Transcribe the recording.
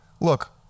Look